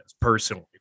personally